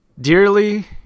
Dearly